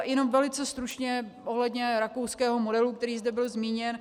Jenom velice stručně ohledně rakouského modelu, který zde byl zmíněn.